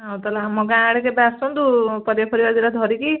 ଆଉ ତାହେଲେ ଆମ ଗାଁ ଆଡ଼େ କେବେ ଆସନ୍ତୁ ପରିବାଫରିବା ଦୁଇଟା ଧରିକି